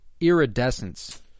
Iridescence